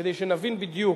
כדי שנבין בדיוק.